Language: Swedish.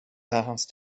hans